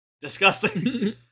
disgusting